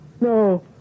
No